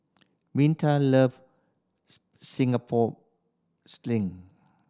Minta loves Singapore Sling